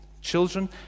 Children